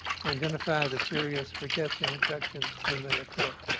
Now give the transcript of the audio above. and identify the serious rickettsial infections when they occur.